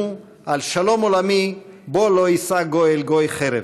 על שלום עולמי שבו לא יישא גוי אל גוי חרב,